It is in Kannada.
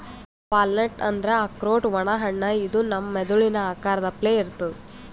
ವಾಲ್ನಟ್ ಅಂದ್ರ ಆಕ್ರೋಟ್ ಒಣ ಹಣ್ಣ ಇದು ನಮ್ ಮೆದಳಿನ್ ಆಕಾರದ್ ಅಪ್ಲೆ ಇರ್ತದ್